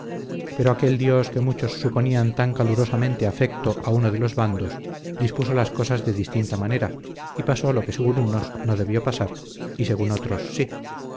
pero aquel dios que muchos suponían tan calurosamente afecto a uno de los bandos dispuso las cosas de distinta manera y pasó lo que según unos no debió pasar y según otros sí